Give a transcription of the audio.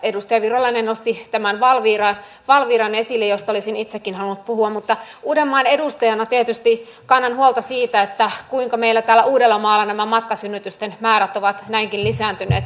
edustaja virolainen nosti esille tämän valviran josta olisin itsekin halunnut puhua mutta uudenmaan edustajana tietysti kannan huolta siitä kuinka meillä täällä uudellamaalla nämä matkasynnytysten määrät ovat näinkin lisääntyneet